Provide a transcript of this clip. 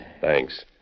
Thanks